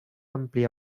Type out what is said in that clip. ampli